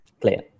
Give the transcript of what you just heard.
clear